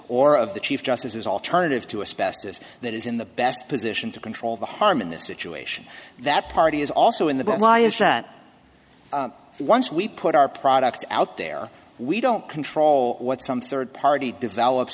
or of the chief justice is alternative to a specif that is in the best position to control the harm in this situation that party is also in the but why is that once we put our product out there we don't control what some third party develops